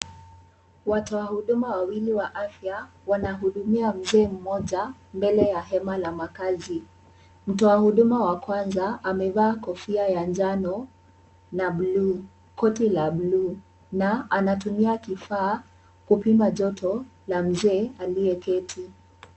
Watoa huduma wawili wa afya wanahudumia mzee mmoja mbele ya hema la makaazi. Mtoa huduma wa kwanza amevaa kofia ya njano na bluu, koti la bluu na anatumia kifaa kupima joto la mzee aliyeketi.